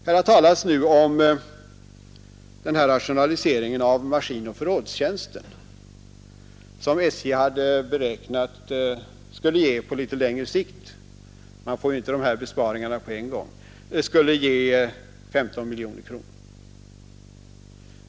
Här har talats om rationaliseringen av maskinoch förrådstjänsten, som SJ beräknat skulle ge 15 miljoner på litet längre sikt — man åstadkommer ju inte besparingarna på en gång.